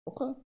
Okay